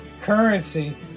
currency